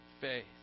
faith